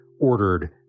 ordered